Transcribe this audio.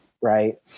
right